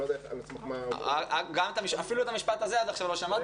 אני לא יודע על סמך מה אתה --- אפילו את המשפט הזה עד עכשיו לא שמעתי,